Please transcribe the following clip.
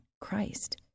Christ